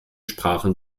sprachen